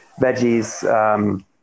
veggies